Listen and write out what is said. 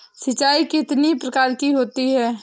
सिंचाई कितनी प्रकार की होती हैं?